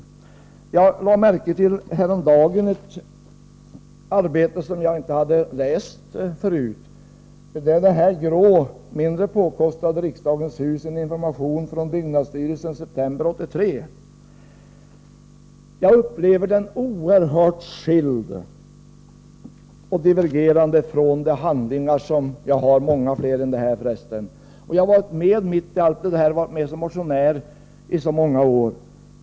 Häromdagen lade jag märke till ett arbete som jag inte hade läst förut, nämligen den grå, mindre påkostade broschyren Riksdagens hus — information från byggnadsstyrelsen september 1983. Jag upplever denna skrift som oerhört skild och divergerande från andra handlingar som jag har, och jag har varit med om detta arbete som motionär i så många år.